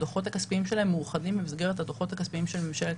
הדוחות הכספיים שלהם מאוחדים במסגרת הדוחות הכספיים של ממשלת